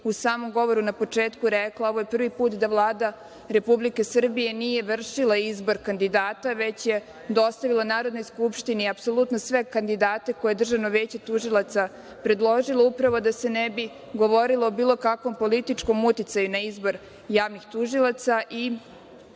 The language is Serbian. u samom govoru na početku rekla, ovo je prvi put da Vlada Republike Srbije, nije vršila izbor kandidata, već je dostavila Narodnoj skupštini i apsolutno sve kandidate koje Državno veće tužilaca predložilo upravo da se ne bi govorilo o bilo kakvom političkom uticaju na izbor javnih tužilaca i